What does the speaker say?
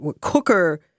cooker